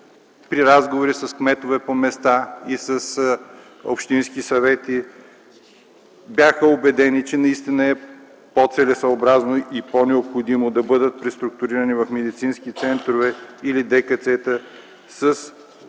При разговори с кметове по места и с общински съвети те бяха убедени, че наистина е по-целесъобразно и по-необходимо да бъдат преструктурирани в медицински центрове или ДКЦ-та с